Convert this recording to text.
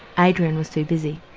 adrian was too busy.